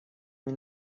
این